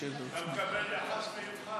מתן עדיפות לאימוץ בתוך